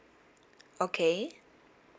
okay